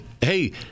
hey